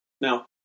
Now